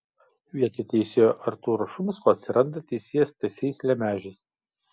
vietoj teisėjo artūro šumsko atsiranda teisėjas stasys lemežis